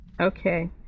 Okay